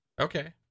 Okay